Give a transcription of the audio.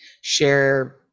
share